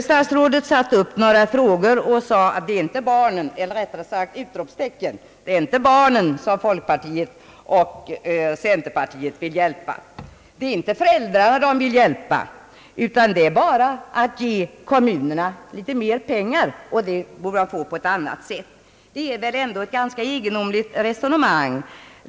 Statsrådet sade — med flera utropstecken efteråt — att det inte är barnen och inte föräldrarna som folkpartiet och centerpartiet vill hjälpa, utan att våra förslag bara innebär litet mera pengar åt kommunerna, och den frågan bör lösas på annat sätt. Det är väl ett egendomligt resonemang!